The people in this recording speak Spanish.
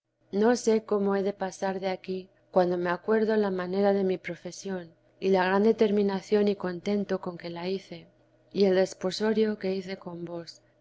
no sé cómo he de pasar de aquí cuando me acuerdo la manera de mi profesión y la gran determinación y contento con que la hice y el desposorio que hice con vos